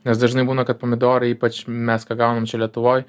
nes dažnai būna kad pomidorai ypač mes ką gaunam čia lietuvoj